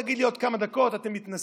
תגיד לי בעוד כמה דקות: אתם מתנשאים,